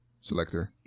selector